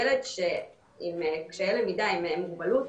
ילד עם קשיי למידה, עם מוגבלות,